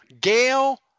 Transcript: Gail